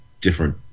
different